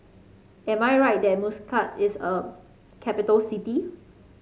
am I right that Muscat is a capital city